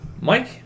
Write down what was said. Mike